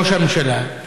ראש הממשלה,